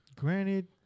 Granted